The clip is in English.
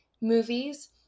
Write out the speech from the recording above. movies